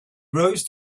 rose